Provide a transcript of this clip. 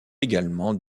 également